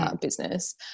business